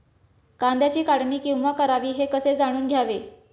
कांद्याची काढणी केव्हा करावी हे कसे जाणून घ्यावे?